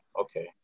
okay